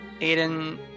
Aiden